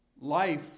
Life